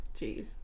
Jeez